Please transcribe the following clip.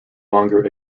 longer